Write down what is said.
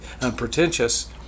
unpretentious